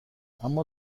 اما